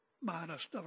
minus